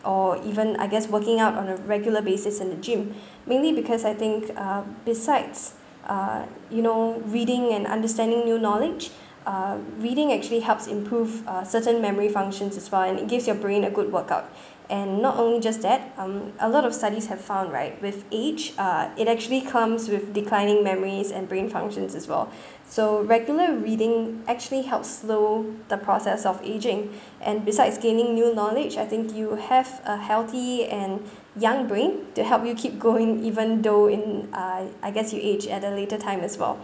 or even I guess working out on a regular basis in the gym mainly because I think uh besides uh you know reading and understanding new knowledge uh reading actually helps improve uh certain memory functions as well and it gives your brain a good workout and not only just that um a lot of studies have found right with age uh it actually comes with declining memories and brain functions as well so regular reading actually help slow the process of ageing and besides gaining new knowledge I think you have a healthy and young brain to help you keep going even though in I I guess you age at a later time as well